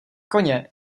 koně